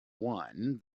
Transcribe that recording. one